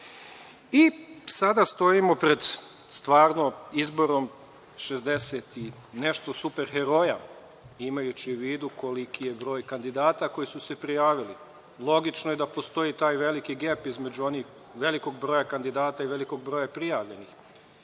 sada stojimo pred stvarno izborom 60 i nešto super heroja, imajući u vidu koliki je broj kandidata koji su se prijavili. Logično je da postoji taj veliki gep između velikog broja kandidata i velikog broja prijatelja,